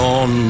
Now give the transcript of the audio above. on